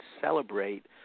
celebrate